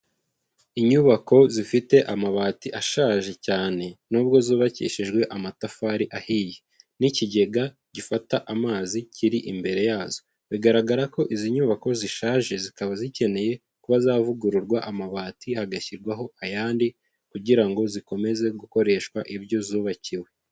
Inyubako zifite amabati ashaje cyane n'ubwo zubakishijwe amatafari ahiye n'ikigega gifata amazi kiri imbere yazo, bigaragara ko izi nyubako zishaje zikaba zikeneye kuba zavugururwa, amabati hagashyirwaho ayandi kugira ngo zikomeze gukoreshwa ibyo zubakiwe.